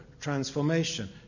transformation